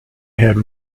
had